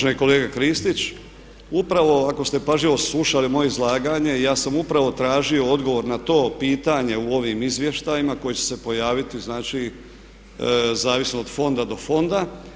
Uvaženi kolega Kristić upravo ako ste pažljivo slušali moje izlaganje ja sam upravo tražio odgovor na to pitanje u ovim izvještajima koji će se pojaviti znači zavisno od fonda do fonda.